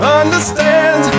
understand